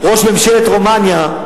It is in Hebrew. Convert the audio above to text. ממשלת רומניה,